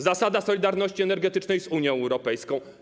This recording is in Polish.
Zasada solidarności energetycznej z Unią Europejską.